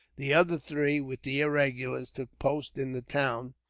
the other three, with the irregulars, took post in the town,